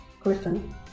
Griffin